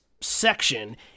section